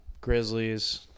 Grizzlies –